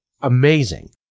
amazing